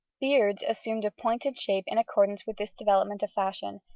beards assumed a pointed shape in accordance with this development of fashion,